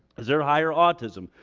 is there higher autism?